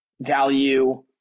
value